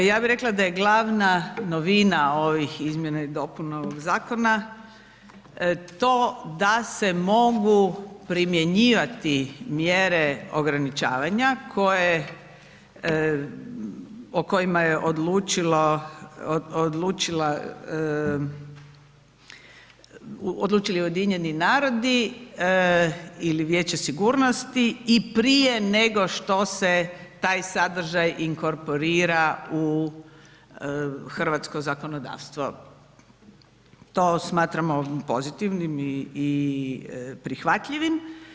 Ja bi rekla da je glavna novina ovih izmjena i dopuna ovog zakona to da se mogu primjenjivati mjere ograničavanja koje, o kojima je odlučila, odlučili UN ili Vijeće sigurnosti i prije nego što se taj sadržaj inkorporira u hrvatsko zakonodavstvo, to smatramo pozitivnim i prihvatljivim.